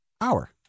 Hour